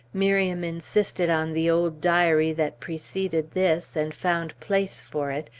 miriam insisted on the old diary that preceded this, and found place for it,